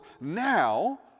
now